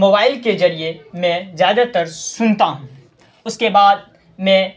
mobile کے ذریعے میں زیادہ تر سنتا ہوں اس کے بعد میں